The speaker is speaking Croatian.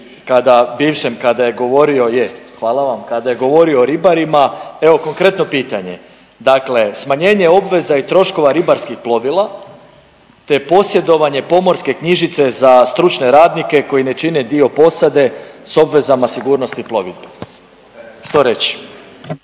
kada je govorio o ribarima. Evo, konkretno pitanje. Dakle, smanjenje obveza i troškova ribarskih plovila te posjedovanje pomorske knjižice za stručne radnike koji ne čine dio posade s obvezama sigurnosti plovidbe. Što reći?